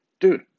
Dude